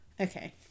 okay